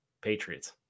Patriots